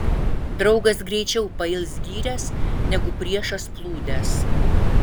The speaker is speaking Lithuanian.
draugas greičiau pails gyręs negu priešas plūdes